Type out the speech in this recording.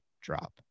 drop